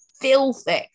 filthy